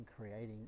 creating